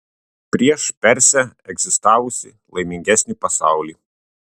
prieš persę egzistavusį laimingesnį pasaulį